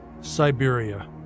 Siberia